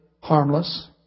harmless